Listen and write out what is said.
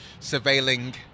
surveilling